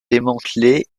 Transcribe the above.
démantelé